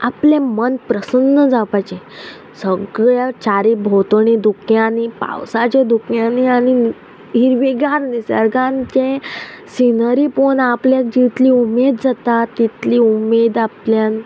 आपलें मन प्रसन्न जावपाचे सगळ्या चारी भोंवतणी धुख्यांनी पावसाच्या धुख्यांनी आनी हिरवेगार निसर्गान जे सिनरी पोवन आपल्याक जितली उमेद जाता तितली उमेद आपल्यान